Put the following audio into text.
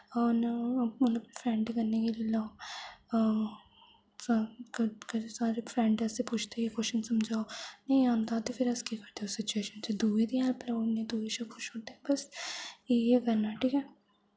हून फ्रेंड कन्ने गे लेई लाओ सारे फ्रेंड असेंई पुछदे हे की कुआशचन समझाओ नेईं आंदा ते फिर अस केह् करचै उस सिचुएशन च दुऐ दी हैल्प करान लेई दुए शा पुछन ओढ़दे बस इ'यै करना ठीक ऐ